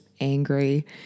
angry